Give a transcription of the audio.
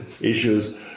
issues